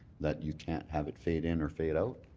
that you can't have it fade in or fade out.